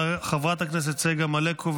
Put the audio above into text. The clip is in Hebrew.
חברת הכנסת צגה מלקו,